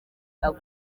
aba